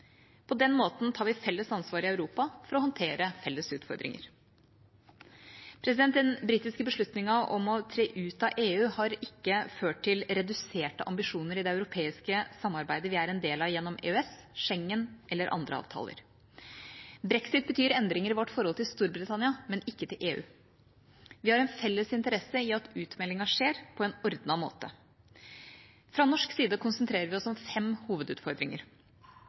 På den måten tar vi felles ansvar i Europa for å håndtere felles utfordringer. Den britiske beslutningen om å tre ut av EU har ikke ført til reduserte ambisjoner i det europeiske samarbeidet vi er en del av gjennom EØS, Schengen eller andre avtaler. Brexit betyr endringer i vårt forhold til Storbritannia, men ikke til EU. Vi har en felles interesse i at utmeldingen skjer på en ordnet måte. Fra norsk side konsentrerer vi oss om fem hovedutfordringer.